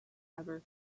ever